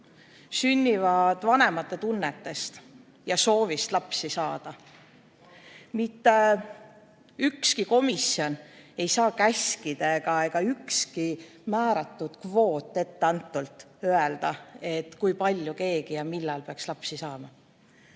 sünnivad vanemate tunnetest ja soovist lapsi saada. Mitte ükski komisjon ei saa käskida ega ükski määratud kvoot öelda, kui palju ja millal keegi peaks lapsi saama.